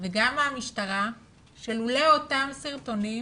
וגם מהמשטרה שלולא אותם סרטונים